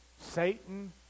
Satan